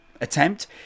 attempt